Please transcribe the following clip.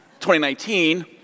2019